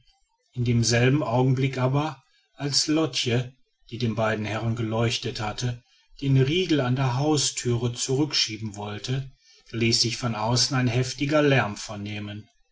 in demselben augenblick aber als lotch die den beiden herren geleuchtet hatte den riegel an der hausthüre zurückschieben wollte ließ sich von außen ein heftiger lärm vernehmen